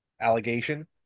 allegation